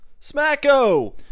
Smacko